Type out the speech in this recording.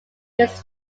this